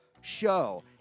show